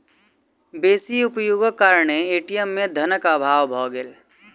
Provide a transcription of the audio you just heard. बेसी उपयोगक कारणेँ ए.टी.एम में धनक अभाव भ गेल